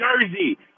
Jersey